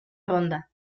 ronda